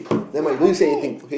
ya okay